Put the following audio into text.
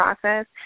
process –